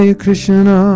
Krishna